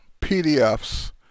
PDFs